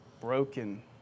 broken